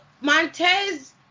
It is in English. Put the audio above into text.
Montez